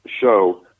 show